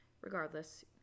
regardless